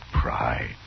pride